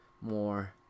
more